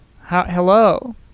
hello